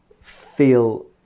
Feel